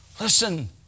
listen